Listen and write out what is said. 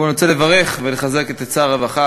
קודם כול אני רוצה לברך ולחזק את שר הרווחה,